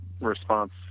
response